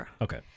Okay